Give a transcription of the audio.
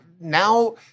now